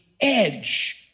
edge